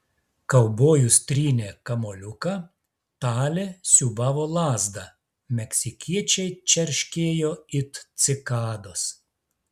kaubojus trynė kamuoliuką talė siūbavo lazdą meksikiečiai čerškėjo it cikados